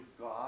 God